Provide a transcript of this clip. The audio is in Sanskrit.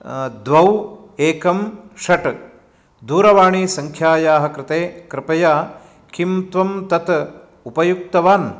द्वे एकम् षट् दूरवाणी सङ्ख्यायाः कृते कृपया किं त्वं तत् उपयुक्तवान्